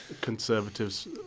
conservatives